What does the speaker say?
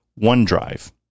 OneDrive